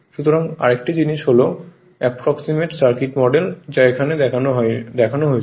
সুতরাং আরেকটি জিনিস হল অ্যাপ্রক্সিমেট সার্কিট মডেল যা এখানে দেখানো হয়েছে